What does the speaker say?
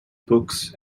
books